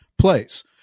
place